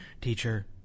teacher